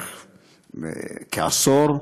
לפני כעשור,